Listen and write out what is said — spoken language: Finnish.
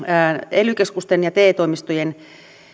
ely keskusten ja te toimistojen